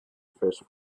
first